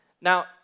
Now